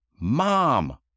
mom